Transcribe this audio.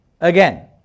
Again